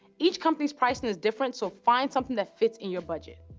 each company's pricing is different so find something that fits in your budget.